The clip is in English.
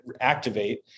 activate